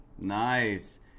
Nice